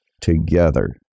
together